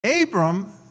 Abram